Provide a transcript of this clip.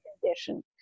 condition